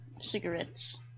cigarettes